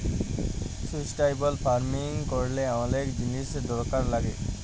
sustainable farming ক্যরলে অলেক জিলিস দরকার লাগ্যে